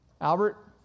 Albert